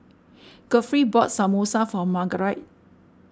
Godfrey bought Samosa for Margarite